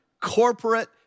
corporate